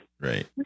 Right